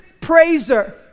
praiser